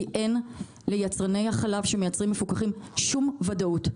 כי אין ליצרני החלב שמייצרים מפוקחים שום ודאות.